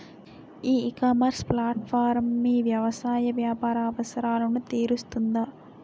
ఈ ecommerce platform మీ వ్యవసాయ వ్యాపార అవసరాలను తీరుస్తుందా?